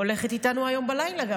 הולכת איתנו גם היום בלילה.